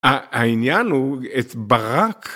העניין הוא את ברק.